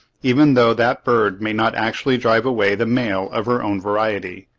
even though that bird may not actually drive away the male of her own variety.